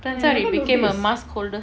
turns out it became a mask holder